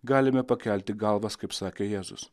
galime pakelti galvas kaip sakė jėzus